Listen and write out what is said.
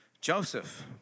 Joseph